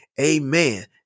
Amen